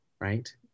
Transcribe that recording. right